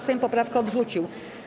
Sejm poprawkę odrzucił.